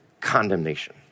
condemnation